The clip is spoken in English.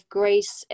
grace